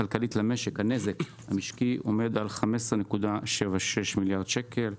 הנזק המשקי עומד על 15.76 מיליארד שקלים.